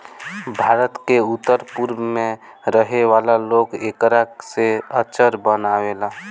भारत के उत्तर पूरब में रहे वाला लोग एकरा से अचार बनावेला